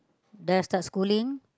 then I start schooling